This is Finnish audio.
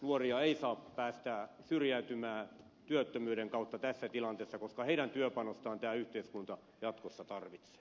nuoria ei saa päästä syrjäytymään työttömyyden kautta tässä tilanteessa koska heidän työpanostaan tämä yhteiskunta jatkossa tarvitsee